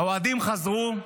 האוהדים חזרו,